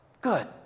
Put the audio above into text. Good